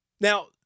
now